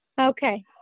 Okay